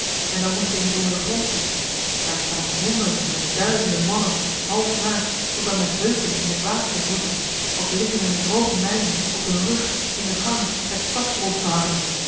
en dan moest je eens onder eli heimans willem roda den grond zien daar staan honderden en duizenden mannen half naakt tot aan de heupen in het water te wroeten of liggen in de droge mijnen op hun rug in de gangen het kwarts los te hakken